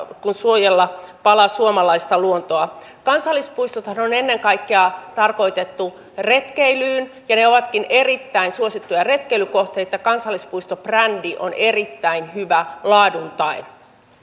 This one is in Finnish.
kuin suojella pala suomalaista luontoa kansallispuistothan on ennen kaikkea tarkoitettu retkeilyyn ja ne ovatkin erittäin suosittuja retkeilykohteita kansallispuistobrändi on erittäin hyvä laadun tae